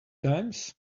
times